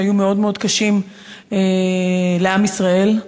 שהיו מאוד מאוד קשים לעם ישראל,